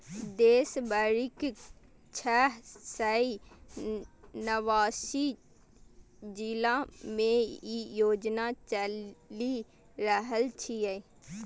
देश भरिक छह सय नवासी जिला मे ई योजना चलि रहल छै